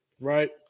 right